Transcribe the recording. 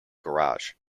garage